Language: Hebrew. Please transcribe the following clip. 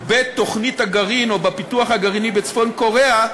בתוכנית הגרעין או בפיתוח הגרעיני בצפון-קוריאה,